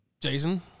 Jason